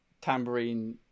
tambourine